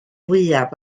fwyaf